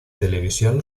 televisión